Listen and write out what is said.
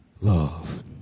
love